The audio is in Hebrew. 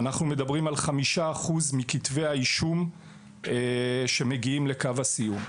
5% מכתבי האישום מגיעים לקו הסיום.